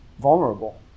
vulnerable